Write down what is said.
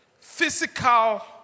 Physical